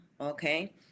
okay